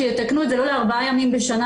שיתקנו את זה לא לארבעה ימים בשנה,